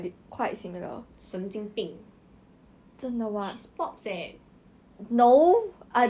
you insecure about what thing that time I tell you before what your insecurities are magnified in your head